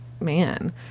man